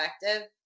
effective